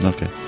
Okay